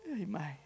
Amen